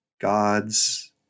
God's